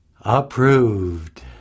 approved